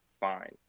fine